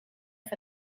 for